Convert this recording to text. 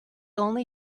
only